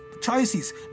choices